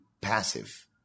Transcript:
passive